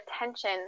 attention